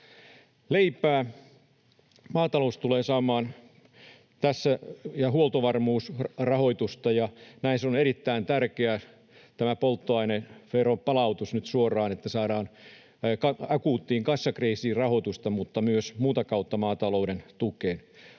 ja huoltovarmuus tulevat saamaan tässä rahoitusta, ja näen erittäin tärkeänä tämän polttoaineveron palautuksen, että nyt suoraan saadaan akuuttiin kassakriisiin rahoitusta mutta myös muuta kautta maatalouden tukeen.